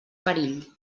perill